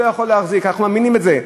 אנחנו מאמינים בזה.